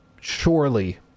surely